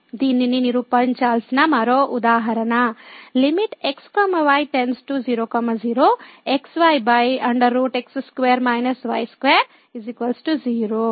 దీనిని నిరూపించాల్సిన మరో ఉదాహరణ x y0 0xyx2 y2 0